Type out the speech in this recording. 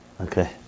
Okay